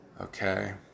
Okay